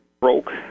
broke